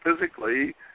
physically